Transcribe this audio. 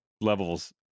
levels